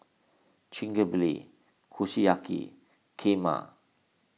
Kushiyaki Kheema